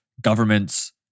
governments